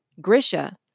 Grisha